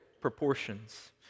proportions